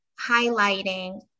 highlighting